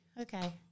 okay